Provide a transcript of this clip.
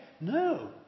No